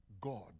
god